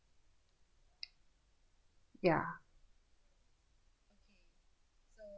ya